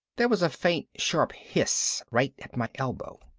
there was a faint sharp hiss right at my elbow.